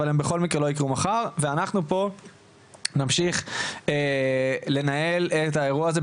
אבל הן בכל מקרה לא יקרו מחר בבוקר ואנחנו פה נמשיך לנהל את האירוע הזה,